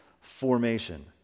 formation